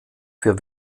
für